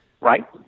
Right